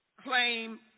claim